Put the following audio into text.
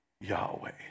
Yahweh